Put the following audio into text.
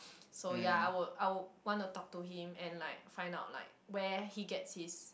so ya I would I would want to talk to him and like find out like where he gets his